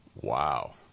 Wow